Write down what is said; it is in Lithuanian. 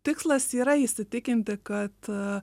tikslas yra įsitikinti kad